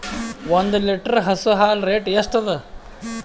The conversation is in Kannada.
ಒಂದ್ ಲೀಟರ್ ಹಸು ಹಾಲ್ ರೇಟ್ ಎಷ್ಟ ಅದ?